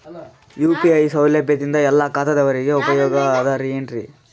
UPI ಸೌಲಭ್ಯದಿಂದ ಎಲ್ಲಾ ಖಾತಾದಾವರಿಗ ಉಪಯೋಗ ಅದ ಏನ್ರಿ?